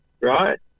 Right